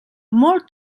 molt